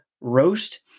roast